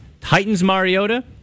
Titans-Mariota